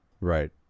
Right